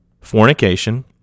fornication